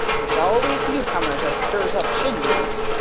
it's always new-comers as stirs up shindies,